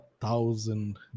thousand